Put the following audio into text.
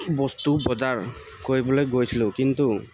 বস্তু বজাৰ কৰিবলৈ গৈছিলো কিন্তু